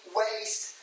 waste